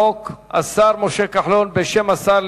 אנחנו ממשיכים בסדר-היום,